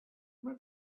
not